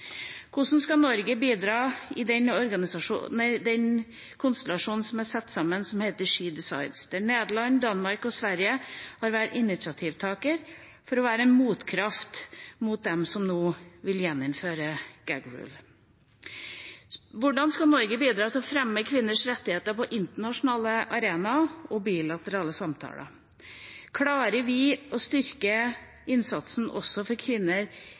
Hvordan skal Norge bidra i den konstellasjonen som er satt sammen, som heter She Decides, der Nederland, Danmark og Sverige har vært initiativtakere, for å være en motkraft til dem som nå vil gjeninnføre Gag Rule? Hvordan skal Norge bidra til å fremme kvinners rettigheter på den internasjonale arena og gjennom bilaterale samtaler? Klarer vi å styrke innsatsen også for kvinner